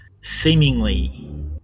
seemingly